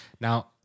Now